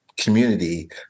community